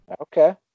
okay